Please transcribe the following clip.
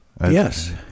Yes